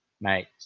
Mate